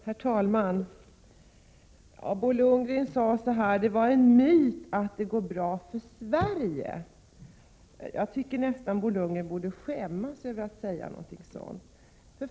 Herr talman! Bo Lundgren sade att det är en myt att det går bra för Sverige. Jag tycker att Bo Lundgren nästan borde skämmas över att säga någonting sådant.